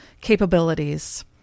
capabilities